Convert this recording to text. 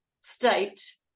state